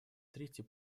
третий